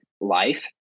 life